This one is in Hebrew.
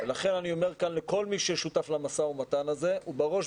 לכן אני אומר כאן לכל מי ששותף למשא-ומתן הזה,